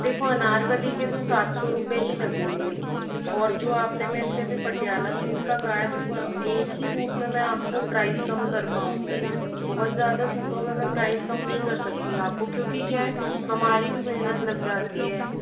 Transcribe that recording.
देखो अनारकली के तो सात सौ रुपये ही लगेंगे और जो आपने मेरे से अभी पटियाला सूट का कहा है तो एक ही सूट में मैं आपको प्राइस कम कर पाऊंगी बहुत ज्यादा सूटों मे मैं प्राइस कम नहीं कर सकती आपको क्यूँकि क्या है हमारी भी मेहनत लग जाती है